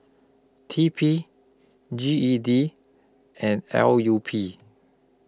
T P G E D and L U P